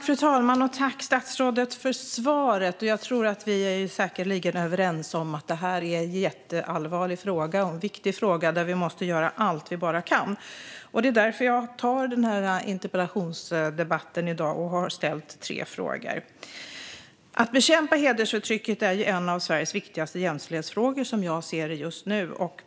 Fru talman! Tack för svaret, statsrådet! Vi är säkerligen överens om att detta är en jätteallvarlig och viktig fråga där vi måste göra allt vi bara kan. Det är därför jag har begärt den här interpellationsdebatten i dag och ställt tre frågor. Att bekämpa hedersförtrycket är som jag ser det en av Sveriges viktigaste jämställdhetsfrågor just nu.